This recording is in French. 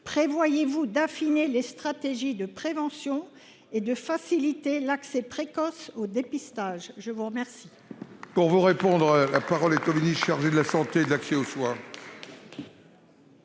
prévoyez vous d’affiner les stratégies de prévention et de faciliter l’accès précoce au dépistage,